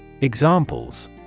Examples